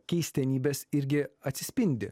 keistenybės irgi atsispindi